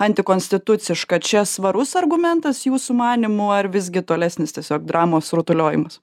antikonstituciška čia svarus argumentas jūsų manymu ar visgi tolesnis tiesiog dramos rutuliojimas